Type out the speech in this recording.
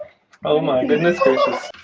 oh my goodness gracious